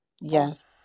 Yes